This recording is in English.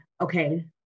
okay